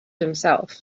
himself